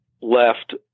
left